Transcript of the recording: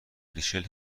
ریچل